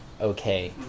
okay